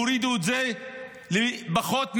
והורידו את זה לפחות מאחוז,